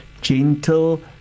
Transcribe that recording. gentle